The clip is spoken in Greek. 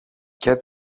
και